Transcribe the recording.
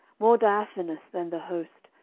more diaphanous, than the host,